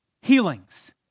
healings